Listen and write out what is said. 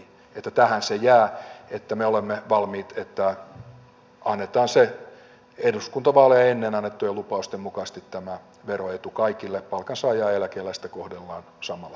eli tähän se jää ja me olemme valmiit siihen että annetaan eduskuntavaaleja ennen annettujen lupausten mukaisesti tämä veroetu kaikille palkansaajaa ja eläkeläistä kohdellaan samalla tavalla